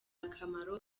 akamaro